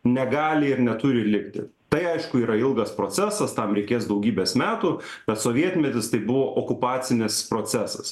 negali ir neturi likti tai aišku yra ilgas procesas tam reikės daugybės metų bet sovietmetis tai buvo okupacinis procesas